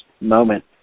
moment